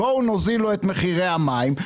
בואו נוזיל לו את מחירי המים,